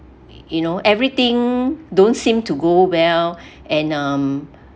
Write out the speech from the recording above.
you know everything don't seem to go well and um